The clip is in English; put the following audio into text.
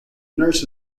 nurse